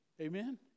Amen